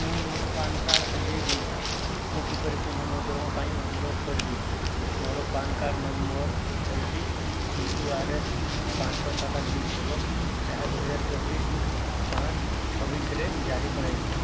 ମୁଁ ମୋର PAN card ହଜାଇ ଦେଇଛି ମୁଁ କିପରି ପୁନଃମୁଦ୍ରଣ ପାଇଁ ଅନୁରୋଧ କରିବି ମୋର ପାନ୍ କାର୍ଡ଼୍ ନମ୍ବର ହେଉଛି ପି କ୍ୟୁ ଆର୍ ଏସ୍ ପାଞ୍ଚ ଛଅ ସାତ ଆଠ ଜି ଏବଂ ଏହା ଦୁଇ ହଜାର ଚବିଶ ପାଞ୍ଚ ଛବିଶରେ ଜାରି କରାଯାଇଥିଲା